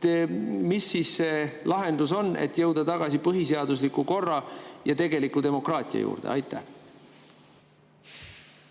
Mis oleks siis lahendus, et jõuda tagasi põhiseadusliku korra ja tegeliku demokraatia juurde? Aitäh!